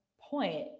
point